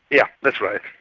yeah that's right.